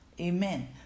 amen